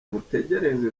mutegereze